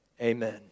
Amen